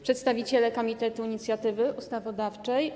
Przedstawiciele Komitetu Inicjatywy Ustawodawczej!